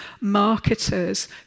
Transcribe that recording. marketers